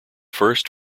first